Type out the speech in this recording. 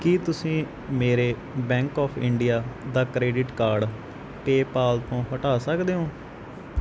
ਕੀ ਤੁਸੀਂਂ ਮੇਰੇ bank of India ਦਾ ਕਰੇਡਿਟ ਕਾਰਡ ਪੇਪਾਲ ਤੋਂ ਹਟਾ ਸਕਦੇ ਹੋ